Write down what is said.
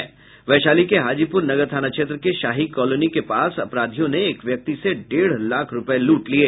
वैशाली के हाजीपुर नगर थाना क्षेत्र के शाही कॉलोनी के पास अपराधियों ने एक व्यक्ति से डेढ़ लाख रूपये लूट लिये